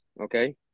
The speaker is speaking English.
Okay